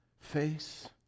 face